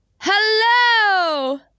Hello